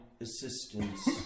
assistance